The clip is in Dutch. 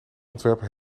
ontwerper